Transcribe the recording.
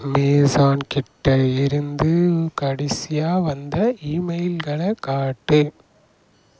Amazon கிட்ட இருந்து கடைசியாக வந்த ஈமெயில்களை காட்டு